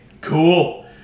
cool